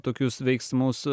tokius veiksmus